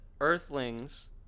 Earthlings